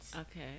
Okay